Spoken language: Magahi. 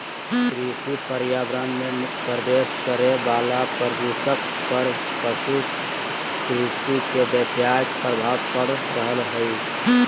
कृषि पर्यावरण मे प्रवेश करे वला प्रदूषक पर पशु कृषि के व्यापक प्रभाव पड़ रहल हई